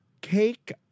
cake